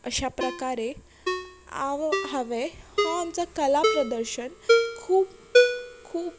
अशा प्रकारे हांव हांवें हो आमचो कला प्रदर्शन खूब खूब